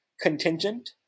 contingent